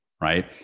right